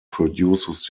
produces